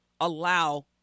allow